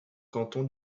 canton